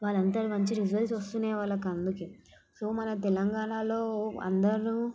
వాళ్ళు అంత మంచి రిజల్ట్స్ వస్తున్నాయి వాళ్ళకి అందుకే సో మన తెలంగాణాలో అందరూ